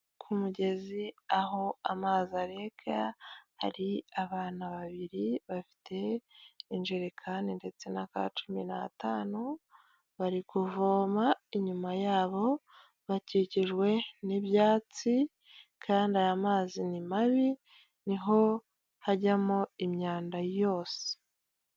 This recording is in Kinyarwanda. Ku mugezi aho amazi arega hari abana babiri bafite injerekani ndetse na cumi n'atanu bari kuvoma, inyuma yabo bakikijwe n'ibyatsi kandi aya mazi ni mabi ni ho hajyamo imyanda yose.